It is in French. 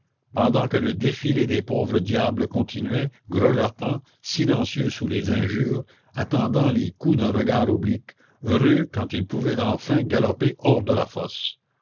pendant que le défilé des pauvres diables continuait grelottants silencieux sous les injures attendant les coups d'un regard oblique heureux quand ils pouvaient enfin galoper hors de la fosse